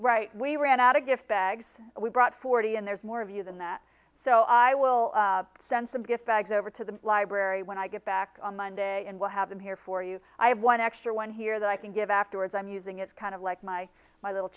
right we ran out a gift bags we brought forty and there's more of you than that so i will send some gift bags over to the library when i get back on monday and we'll have them here for you i have one extra one here that i can give afterwards i'm using it's kind of like my my little